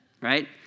Right